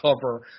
cover